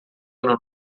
ano